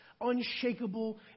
unshakable